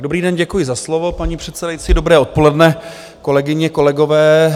Dobrý den, děkuji za slovo, paní předsedající, dobré odpoledne kolegyně, kolegové.